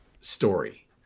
story